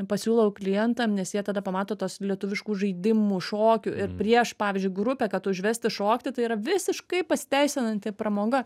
pasiūlau klientam nes jie tada pamato tuos lietuviškų žaidimų šokių ir prieš pavyzdžiui grupę kad užvesti šokti tai yra visiškai pasiteisinanti pramoga